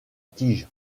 tige